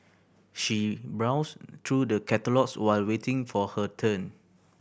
she browsed through the catalogues while waiting for her turn